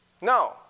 No